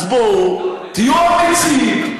אז בואו תהיו אמיצים,